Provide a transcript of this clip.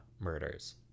murders